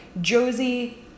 Josie